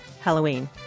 Halloween